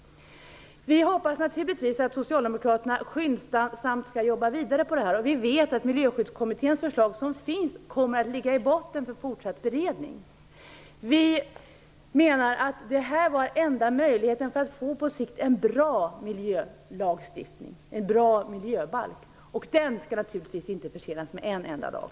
Vi hoppas naturligtvis att Socialdemokraterna skyndsamt skall jobba vidare med detta. Vi vet att Miljöskyddskommitténs förslag kommer att ligga i botten för fortsatt beredning. Miljöpartiet menar att detta var den enda möjligheten att på sikt få en bra miljölagstiftning, en bra miljöbalk, och den skall givetvis inte försenas med en enda dag.